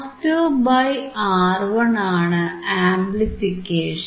R2 by R1 ആണ് amplification